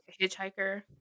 Hitchhiker